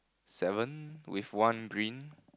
seven with one green